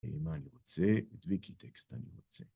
מה אני רוצה? את ויקי טקסט אני רוצה.